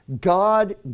God